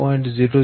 007513 7